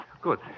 Good